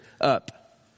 up